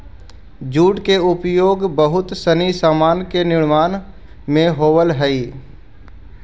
jute के उपयोग बहुत सनी सामान के निर्माण में होवऽ हई